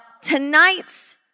tonight's